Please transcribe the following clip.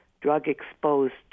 drug-exposed